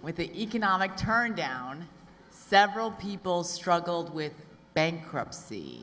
with the economic turndown several people struggled bankruptcy